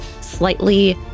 slightly